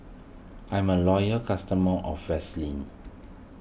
I'm a loyal customer of Vaselin